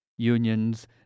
unions